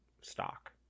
stock